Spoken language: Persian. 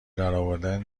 درآوردن